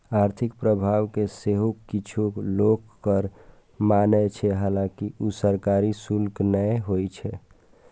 आर्थिक प्रभाव कें सेहो किछु लोक कर माने छै, हालांकि ऊ सरकारी शुल्क नै होइ छै